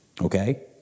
Okay